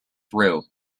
through